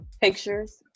pictures